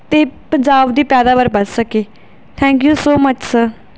ਅਤੇ ਪੰਜਾਬ ਦੀ ਪੈਦਾਵਾਰ ਵੱਧ ਸਕੇ thank you so much sir